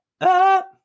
up